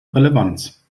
relevanz